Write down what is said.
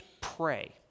pray